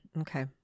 Okay